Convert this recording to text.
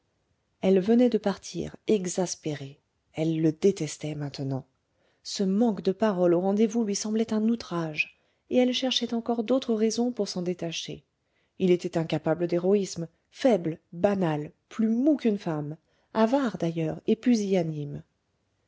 elle venait de partir exaspérée elle le détestait maintenant ce manque de parole au rendez-vous lui semblait un outrage et elle cherchait encore d'autres raisons pour s'en détacher il était incapable d'héroïsme faible banal plus mou qu'une femme avare d'ailleurs et pusillanime